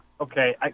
Okay